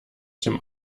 dem